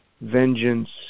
vengeance